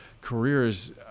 careers